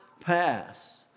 pass